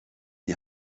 die